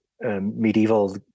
medieval